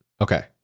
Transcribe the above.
okay